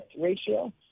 ratio